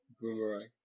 Boomerang